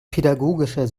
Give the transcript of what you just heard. pädagogischer